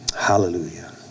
Hallelujah